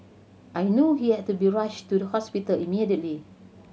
I knew he had to be rushed to the hospital immediately